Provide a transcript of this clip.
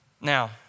Now